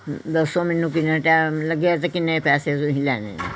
ਦੱਸੋ ਮੈਨੂੰ ਕਿੰਨਾ ਟਾਈਮ ਲੱਗਿਆ ਅਤੇ ਕਿੰਨੇ ਪੈਸੇ ਤੁਸੀਂ ਲੈਣੇ ਨੇ